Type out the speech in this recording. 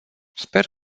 sper